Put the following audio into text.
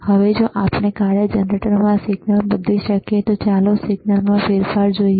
હવે જો આપણે કાર્ય જનરેટરમાં સિગ્નલ બદલી શકીએ તો ચાલો સિગ્નલમાં ફેરફાર જોઈએ